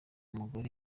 umugore